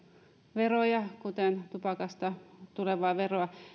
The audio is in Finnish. veroja kuten tupakasta tulevaa veroa